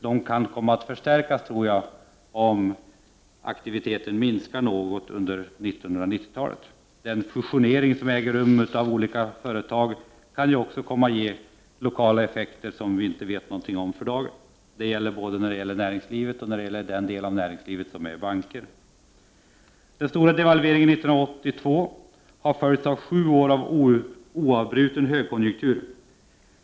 De skillnaderna tror jag kan komma att förstärkas om aktiviteten minskar något under 1990-talet. Den fusionering av olika företag som äger rum kan också komma att ge lokala effekter, som vi inte vet något om för dagen. Det gäller både för näringslivet och för den del av näringslivet som utgörs av banker. Den stora devalveringen 1982 har följts av sju år av oavbruten högkonjunktur.